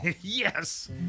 Yes